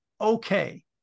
okay